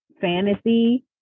fantasy